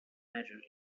matter